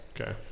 Okay